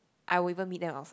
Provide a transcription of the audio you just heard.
I will even meet them outside